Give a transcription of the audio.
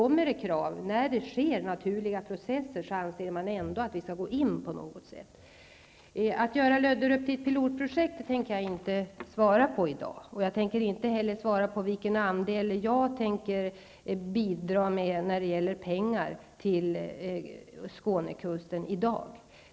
Även om det rör sig om naturliga processer finns åsikten att vi på något sätt skall gå in. När det gäller detta med att göra Löderup till ett pilotprojekt tänker jag inte ge något svar i dag. Inte heller tänker jag i dag ge ett svar på frågan om vilken andel jag avser att bidra med när det gäller pengar till Skånekusten.